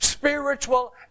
spiritual